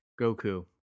Goku